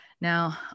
Now